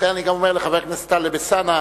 לכן אני גם אומר לחבר הכנסת טלב אלסאנע,